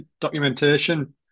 documentation